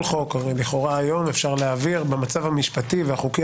חוק הרי לכאורה היום אפשר להעביר במצב המשפטי והחוקי